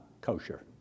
kosher